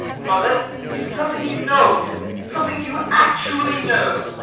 mother, is it something you know of him? something you actually know?